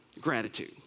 gratitude